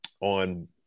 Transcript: on